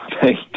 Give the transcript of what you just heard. Thank